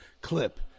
clip